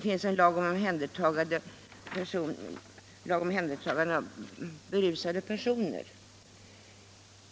Dit hör lagen om omhändertagande av berusade personer.